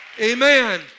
Amen